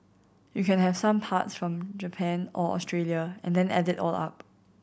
you can have some parts from Japan or Australia and then add it all up